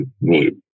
need